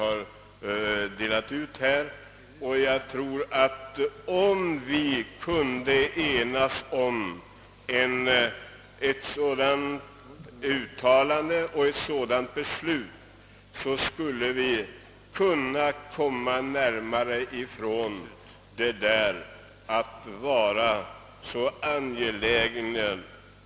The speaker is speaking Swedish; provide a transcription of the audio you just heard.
Har avgiftspliktig avlidit och efterlämnat dödsbodelägare, som vid hans frånfälle var beroende av honom för sin försörjning, och har dödsboet att erlägga kvarstående eller tillkommande skatt, vari ingår u-hjälpsavgift under uppbördstermin, som äger rum eller avslutas efter dödsfallet, äger beskattningsnämnd, där ömmande omständigheter är för handen, efter framställning från dödsboet medgiva befrielse från erläggande helt eller delvis av avgiften. Befrielse må dock icke avse avgift, som påförts i anledning av eftertaxering till statlig inkomstskatt och som rätteligen skolat erläggas under uppbördstermin, vilken ägt rum före dödsfallet.